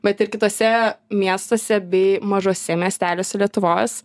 bet ir kituose miestuose bei mažuose miesteliuose lietuvos